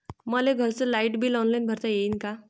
मले घरचं light bill online भरता येईन का?